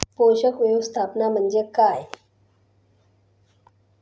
पोषक व्यवस्थापन म्हणजे काय?